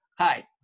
Hi